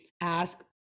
ask